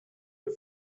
you